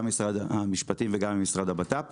גם עם משרד המשפטים וגם עם המשרד לביטחון פנים.